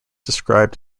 described